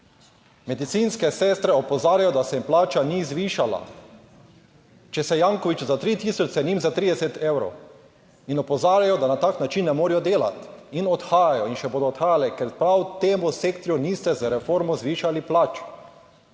Medicinske sestre opozarjajo, da se jim plača ni zvišala. Če se je Janković za 3 tisoč, se je njim za 30 evrov. In opozarjajo, da na tak način ne morejo delati in odhajajo in še bodo odhajali, ker prav temu sektorju niste z reformo zvišali plač.